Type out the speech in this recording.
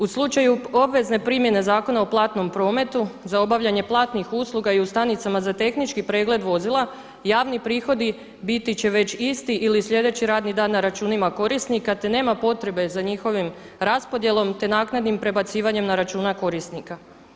U slučaju obvezne primjene Zakona o platnom prometu za obavljanje platnih usluga i u stanicama za tehnički pregled vozila javni prihodi biti će već isti ili sljedeći radni dan na računima korisnika te nema potrebe za njihovom raspodjelom te naknadnim prebacivanjem na račun korisnika.